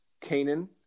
canaan